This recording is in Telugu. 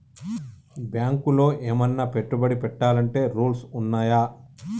బ్యాంకులో ఏమన్నా పెట్టుబడి పెట్టాలంటే రూల్స్ ఉన్నయా?